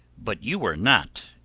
but you were not,